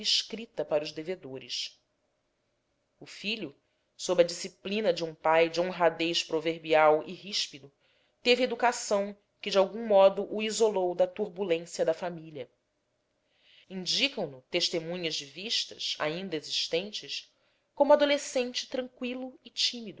escrita para os devedores o filho sob a disciplina de um pai de honradez proverbial e ríspido teve educação que de algum modo o isolou da turbulência da família indicam no testemunhas de vista ainda existentes como adolescente tranqüilo e tímido